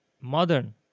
Modern